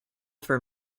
for